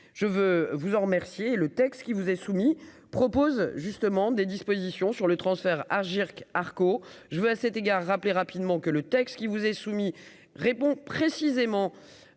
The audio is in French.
je veux vous en remercier le texte qui vous est soumis propose justement des dispositions sur le transfert Agirc Arcco je veux à cet égard rappeler rapidement que le texte qui vous est soumis répond précisément